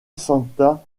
santa